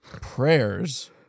prayers